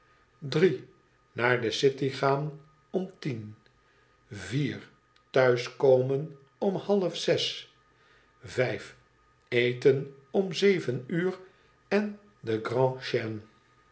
naar de city gaan om tien thuiskomen om half zes en dineeren om zeven uur schilder en